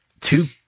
Two